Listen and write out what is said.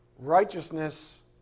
righteousness